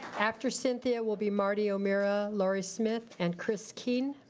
after cynthia will be marty omara, laurie smith and chris keen.